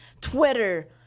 twitter